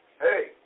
Hey